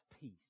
peace